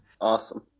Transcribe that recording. Awesome